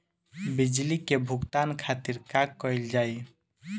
बिजली के भुगतान खातिर का कइल जाइ?